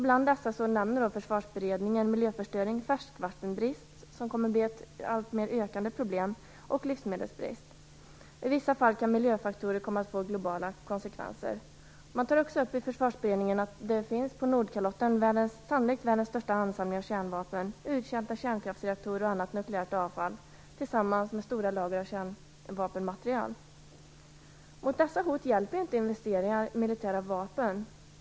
Bland dessa nämner Försvarsberedningen miljöförstöring, färskvattenbrist - som kommer att bli ett allt snabbare ökande problem - och livsmedelsbrist. I vissa fall kan miljöfaktorer komma att få globala konsekvenser. Försvarsberedningen tar också upp att det på Nordkalotten finns världens sannolikt största ansamling av kärnvapen, uttjänta kärnkraftsreaktorer och annat nukleärt avfall tillsammans med stora lager av kärnvapenmateriel. Mot dessa hot hjälper inte investeringar i militära vapen.